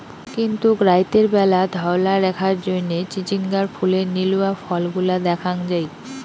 কিন্তুক রাইতের ব্যালা ধওলা রেখার জইন্যে চিচিঙ্গার ফুলের নীলুয়া ফলগুলা দ্যাখ্যাং যাই